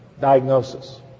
diagnosis